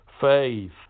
faith